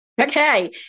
Okay